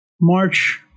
March